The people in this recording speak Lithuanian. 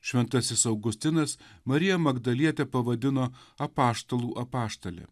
šventasis augustinas mariją magdalietę pavadino apaštalų apaštale